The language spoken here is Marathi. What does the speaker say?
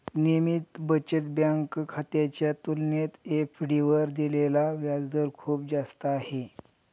नियमित बचत बँक खात्याच्या तुलनेत एफ.डी वर दिलेला व्याजदर खूप जास्त आहे